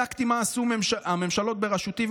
בדקתי מה עשו הממשלות בראשותי,